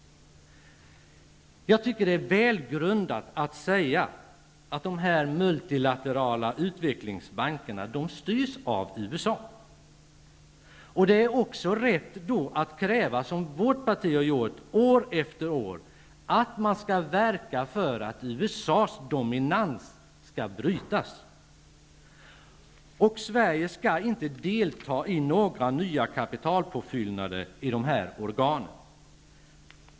Jag tycker att det är välgrundat att säga att de här ''multilaterala utvecklingsbankerna'' styrs av USA. Och då är det också rätt att -- som Vänsterpartiet har gjort år efter år -- kräva att man skall verka för att USA:s dominans skall brytas. Sverige skall inte delta i några nya kapitalpåfyllnader i de här organen.